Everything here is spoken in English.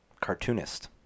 cartoonist